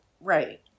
Right